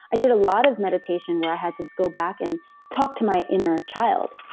i did a lot of meditation where i had to go back and talk to my inner child.